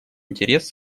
интерес